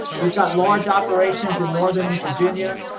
we've got large operations in northern virginia.